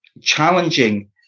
challenging